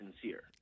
sincere